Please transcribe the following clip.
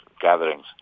gatherings